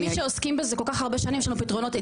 מי שעוסקים בזה כל כך הרבה שנים, יש לנו פתרונות.